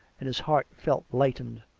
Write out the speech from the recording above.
and his heart felt lightened.